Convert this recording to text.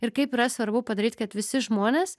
ir kaip yra svarbu padaryt kad visi žmonės